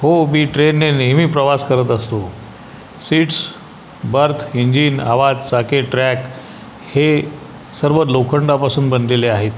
हो मी ट्रेनने नेहमी प्रवास करत असतो सीट्स बर्थ इंजिन आवा चाके ट्रॅक हे सर्व लोखंडापासून बनलेले आहेत